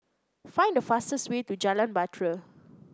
find the fastest way to Jalan Bahtera